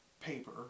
Paper